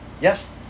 Yes